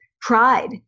pride